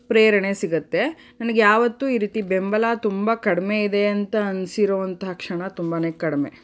ಪ್ರೇರಣೆ ಸಿಗುತ್ತೆ ನನಗ್ ಯಾವತ್ತೂ ಈ ರೀತಿ ಬೆಂಬಲ ತುಂಬ ಕಡಿಮೆ ಇದೆ ಅಂತ ಅನಿಸಿರೋವಂತಹ ಕ್ಷಣ ತುಂಬಾ ಕಡಿಮೆ